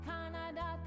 Canada